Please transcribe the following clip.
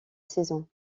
saison